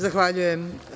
Zahvaljujem.